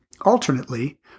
Alternately